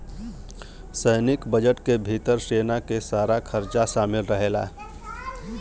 सैनिक बजट के भितर सेना के सारा खरचा शामिल रहेला